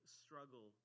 struggle